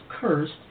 cursed